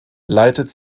leitet